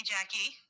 Jackie